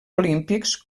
olímpics